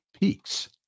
peaks